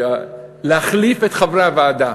להחליף את חברי הוועדה.